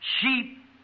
sheep